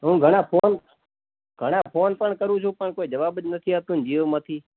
હું ઘણા ફોન ઘણા ફોન પણ કરું છું પણ કોઈ જવાબ જ નથી આપતું ને જીયોમાંથી